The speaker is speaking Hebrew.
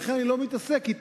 לכן אני לא מתעסק בו,